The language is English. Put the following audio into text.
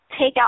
takeout